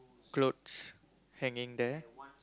clothes hanging there